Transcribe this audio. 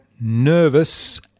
nervous